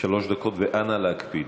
שלוש דקות, ואנא להקפיד.